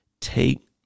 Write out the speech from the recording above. Take